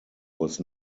was